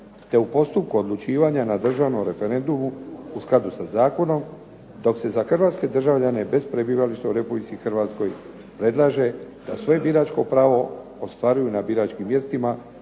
te u postupku odlučivanja na državnom referendumu u skladu sa zakonom dok se za hrvatske državljane bez prebivališta u Republici Hrvatskoj predlaže da svoje biračko pravo ostvaruju na biračkim mjestima